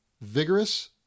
vigorous